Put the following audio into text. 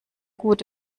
gut